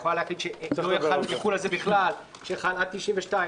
היא יכולה להחליט שלא יחול על זה בכלל או שחל עד 92',